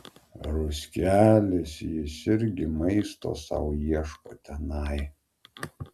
ruskelis jis irgi maisto sau ieško tenai